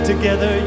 together